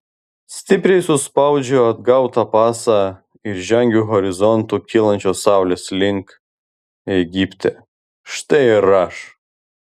stipriai suspaudžiu atgautą pasą ir žengiu horizontu kylančios saulės link egipte štai ir aš